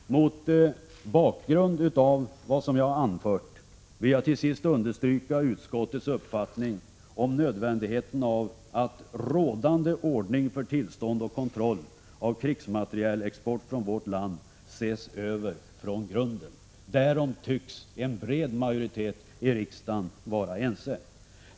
Mot bakgrund av vad jag anfört vill jag till sist understryka utskottets uppfattning om nödvändigheten av att rådande ordning för tillstånd och kontroll av krigsmaterielexport från vårt land ses över från grunden. Därom tycks en bred majoritet i riksdagen vara ense.